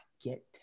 get